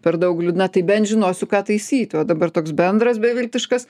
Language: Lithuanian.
per daug liūdna tai bent žinosiu ką taisyti o dabar toks bendras beviltiškas